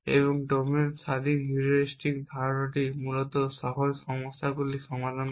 এবং ডোমেন স্বাধীন হিউরিস্টিক ধারণাটি মূলত সহজ সমস্যাগুলি সমাধান করা